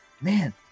man